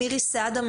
מירי סעדה,